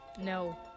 no